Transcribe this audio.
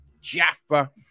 jaffa